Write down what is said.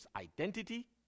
identity